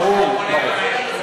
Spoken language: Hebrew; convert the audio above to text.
ברור, ברור.